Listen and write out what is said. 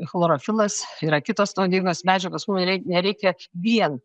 chlorofilas yra kitos naudingos medžiagos mum nerei nereikia vien